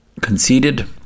conceded